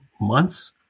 months